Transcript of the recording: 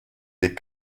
des